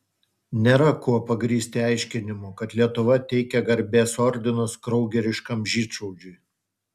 nėra kuo pagrįsti aiškinimų kad lietuva teikia garbės ordinus kraugeriškam žydšaudžiui